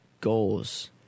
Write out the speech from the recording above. goals